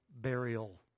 burial